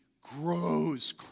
grows